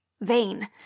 vain